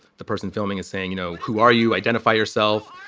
the person filming is saying, you know, who are you? identify yourself.